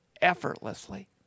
effortlessly